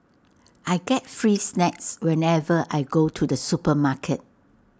I get free snacks whenever I go to the supermarket